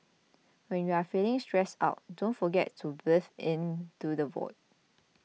when you are feeling stressed out don't forget to breathe into the void